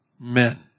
men